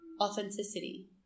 authenticity